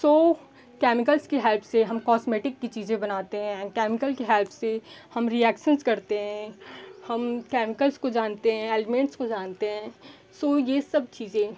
सो chemicals की help से हम कोस्मेटिक की चीज़ें बनाते हैं केमिकल की हेल्प से हम रिएक्शंस करते हैं हम केमीकल्स को जानते हैं अलिमेंट्स को जानते हैं सो यह सब चीज़ें